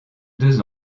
deux